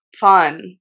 fun